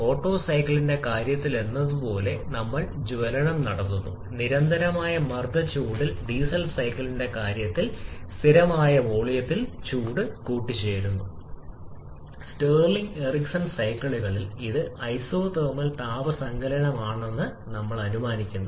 auto സൈക്കിളിന്റെ കാര്യത്തിലെന്നപോലെ നമ്മൾ ജ്വലനം നടത്തുന്നു നിരന്തരമായ മർദ്ദ ചൂടിൽ ഡീസൽ സൈക്കിളിന്റെ കാര്യത്തിൽ സ്ഥിരമായ വോളിയം ചൂട് കൂടിച്ചേരലിൽ സ്റ്റിർലിംഗ് എറിക്സൺ സൈക്കിളുകളിൽ ഇത് ഐസോതെർമൽ താപ സങ്കലനമാണെന്ന് നമ്മൾ അനുമാനിക്കുന്നു